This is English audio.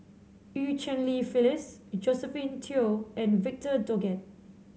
Eu Cheng Li Phyllis Josephine Teo and Victor Doggett